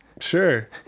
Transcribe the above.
sure